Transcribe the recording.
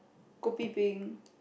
kopi peng